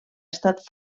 estat